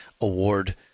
award